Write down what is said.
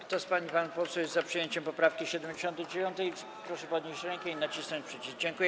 Kto z pań i panów posłów jest za przyjęciem poprawki 79., proszę podnieść rękę i nacisnąć przycisk.